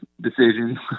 decision